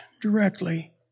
directly